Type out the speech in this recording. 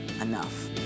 enough